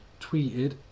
tweeted